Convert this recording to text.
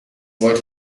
wollte